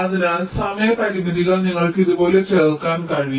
അതിനാൽ സമയ പരിമിതികൾ നിങ്ങൾക്ക് ഇതുപോലെ ചേർക്കാൻ കഴിയും